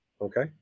okay